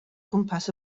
gwmpas